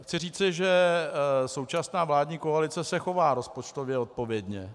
Chci říci, že současná vládní koalice se chová rozpočtově odpovědně.